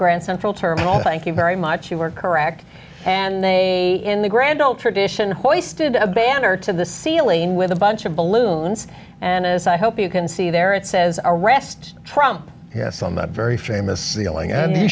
grand central terminal thank you very much you were correct and they in the grand old tradition hoisted a banner to the ceiling with a bunch of balloons and as i hope you can see there it says arrest trump yes on that very famous ceiling and he